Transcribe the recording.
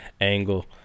angle